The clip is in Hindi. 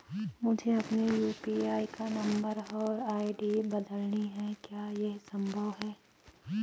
मुझे अपने यु.पी.आई का नम्बर और आई.डी बदलनी है क्या यह संभव है?